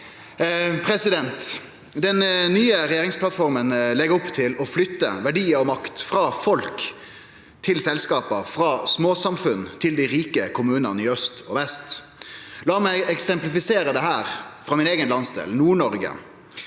der oppe. Den nye regjeringsplattforma legg opp til å flytte verdiar og makt frå folk til selskap, frå småsamfunna til dei rike kommunane i aust og vest. Lat meg eksemplifisere dette frå min eigen landsdel, Nord-Noreg.